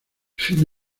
sin